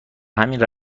همین